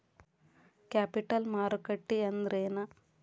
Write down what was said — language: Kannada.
ಕ್ಯಾಪಿಟಲ್ ಮಾರುಕಟ್ಟಿ ಅಂದ್ರೇನ?